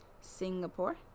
Singapore